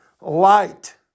light